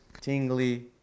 tingly